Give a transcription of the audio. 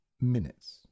minutes